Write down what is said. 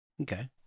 okay